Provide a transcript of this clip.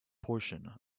portion